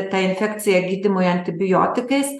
ta infekcija gydymui antibiotikais